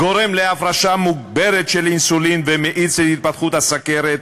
גורם להפרשה מוגברת של אינסולין ומאיץ התפתחות סוכרת,